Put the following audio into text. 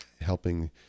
helping